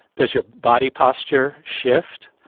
does your body posture shift?